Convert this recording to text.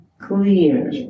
clear